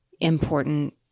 important